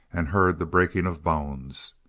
and heard the breaking of bones?